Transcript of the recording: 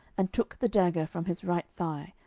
and took the dagger from his right thigh,